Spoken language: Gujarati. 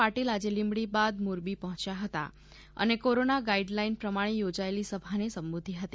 પાટિલ આજે લીંબડી બાદ મોરબી પહોંચ્યા હતા અને કોરોના ગાઈડ લાઈન પ્રમાણે યોજાયેલી સભા ને સંબોધી હતી